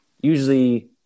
usually